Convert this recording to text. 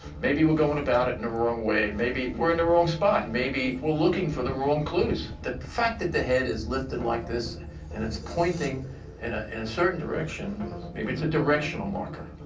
maybe we're going about it in the wrong way, maybe we're in the wrong spot. maybe we're looking for the wrong clues. the fact that the head is lifted like this and it's pointing and ah in a certain direction maybe it's a directional marker.